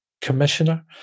commissioner